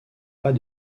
pas